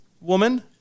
woman